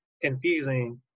confusing